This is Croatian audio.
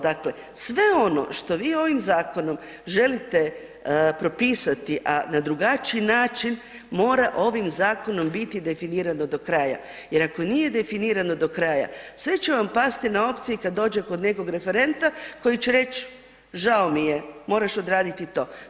Dakle, sve ono što vi ovim zakonom želite propisati, a na drugačiji način mora ovim zakonom biti definirano do kraja jer ako nije definirano do kraja sve će vam pasti na opciji kad dođe do nekog referenta koji će reći, žao mi je moraš odraditi to.